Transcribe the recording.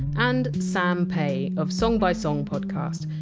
and sam pay, of song by song podcast.